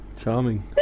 Charming